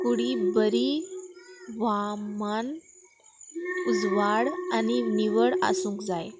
कुडी बरी वामान उजवाड आनी निवळ आसूंक जाय